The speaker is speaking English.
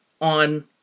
on